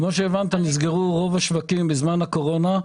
כפי שהבנת, נסגרו רוב השווקים בזמן הקורונה.